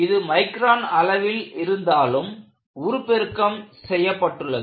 இது மைக்ரான் அளவில் இருந்தாலும் உருப்பெருக்கம் செய்யப்பட்டுள்ளது